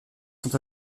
sont